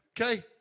okay